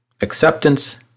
acceptance